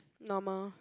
normal